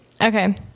Okay